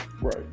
Right